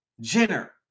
Jenner